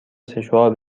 سشوار